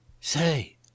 Say